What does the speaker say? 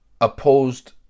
opposed